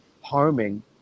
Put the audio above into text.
harming